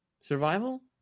survival